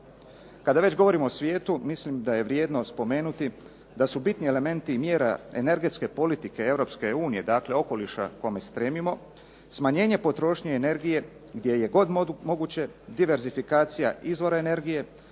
Kada već govorimo o svijetu, mislim da je vrijedno spomenuti da su bitni elementi mjera energetske politike Europske unije, dakle okoliša kome stremimo, smanjenje potrošnje energije gdje je god moguće, diverzifikacija izvora energije,